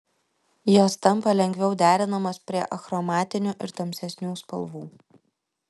jos tampa lengviau derinamos prie achromatinių ir tamsesnių spalvų